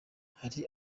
hari